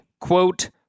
quote